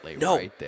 No